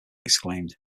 exclaimed